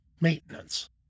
maintenance